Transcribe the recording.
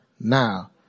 now